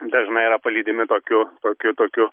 dažnai yra palydimi tokiu tokiu tokiu